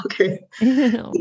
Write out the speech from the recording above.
okay